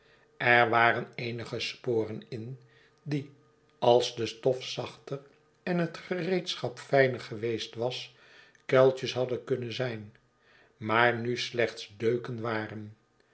er waren eenige sporen in die als de stof zachter en het gereedschap fijner geweest was kuiltjes hadden kunnen zijn maar nu slechts deuken waren